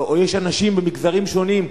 יש אנשים במגזרים שונים,